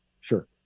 sure